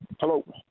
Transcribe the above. Hello